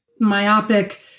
myopic